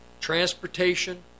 transportation